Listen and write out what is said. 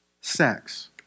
sex